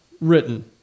written